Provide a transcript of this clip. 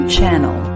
Channel